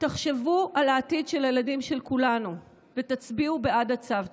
תחשבו על העתיד של הילדים של כולנו ותצביעו בעד הצו.